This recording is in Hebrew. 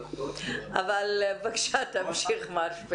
בבקשה, תמשיך.